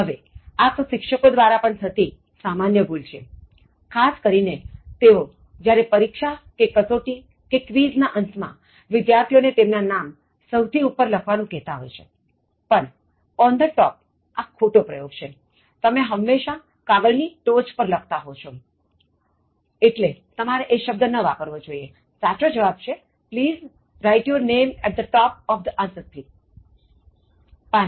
હવેઆ તો શિક્ષકો દ્વારા પણ થતી સામાન્ય ભૂલ છેખાસ કરીને તેઓ જ્યારે પરીક્ષા કે કસોટી કે ક્વિઝના અંતમાં વિદ્યાર્થીઓને તેમના નામ સહુથી ઉપર લખવાનું કહેતાં હોય છે પણ on the top આ ખોટો પ્રયોગ છેતમે હંમેશા કાગળની ટોચ પર લખતા હો છો એટલે તમારે એ શબ્દ ન વાપરવો જોઇએ સાચો જવાબ છે Please write your name at the top of the answer script